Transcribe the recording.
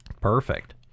Perfect